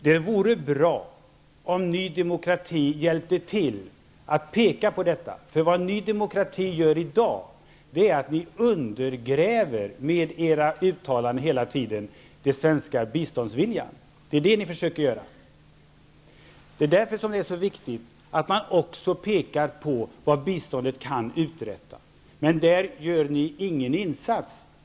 Det vore bra om Ny demokrati hjälpte till att påpeka detta, för vad Ny demokrati gör i dag är att ni hela tiden med era uttalanden undergräver den svenska biståndsviljan. Det är vad ni försöker göra. Det är därför som det är så viktigt att man också pekar på vad biståndet kan uträtta. Men där gör ni ingen insats.